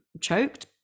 choked